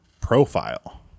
profile